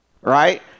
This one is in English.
Right